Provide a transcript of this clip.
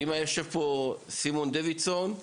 אם סימון דוידסון היה יושב פה,